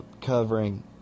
covering